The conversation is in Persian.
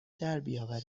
دربیاورید